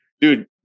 Dude